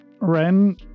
Ren